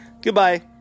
goodbye